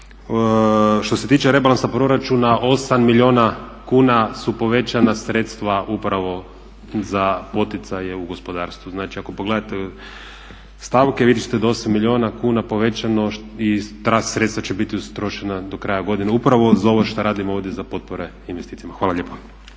što se tiče rebalansa proračuna 8 milijuna kuna su povećana sredstva upravo za poticaje u gospodarstvu. Znači, ako pogledate stavke vidjet ćete da 8 milijuna kuna povećano i ta sredstva će biti utrošena do kraja godine upravo za ovo što radimo ovdje za potpore investitorima. Hvala lijepa.